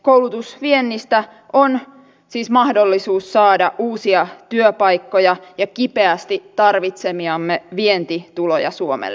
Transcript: koulutusviennistä on siis mahdollisuus saada uusia työpaikkoja ja kipeästi tarvitsemiamme vientituloja suomelle